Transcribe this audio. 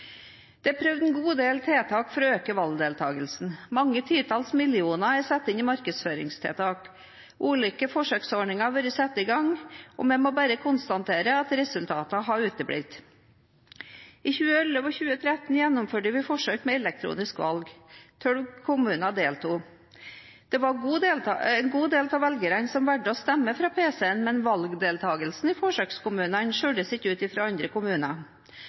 Det er prøvd en god del tiltak for å øke valgdeltakelsen. Mange titalls millioner kroner er satt inn i markedsføringstiltak. Ulike forsøksordninger har vært satt i gang. Vi må bare konstatere at resultatene har uteblitt. I 2011 og 2013 gjennomførte vi forsøk med elektronisk valg. Tolv kommuner deltok. Det var en god del av velgerne som valgte å stemme fra pc-en, men valgdeltakelsen i forsøkskommunene skilte seg ikke ut fra andre kommuner.